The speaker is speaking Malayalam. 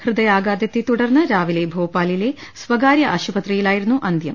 ഹൃദയാഘാതത്തെ തുടർന്ന് രാവിലെ ഭോപ്പാലിലെ സ്വകാര്യ ആശ്ുപത്രിയിലായിരുന്നു അന്ത്യം